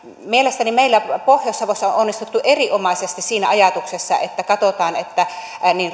mielestäni meillä pohjois savossa on onnistuttu erinomaisesti siinä ajatuksessa että katsotaan tätä niin